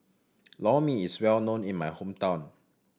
Lor Mee is well known in my hometown